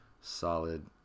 solid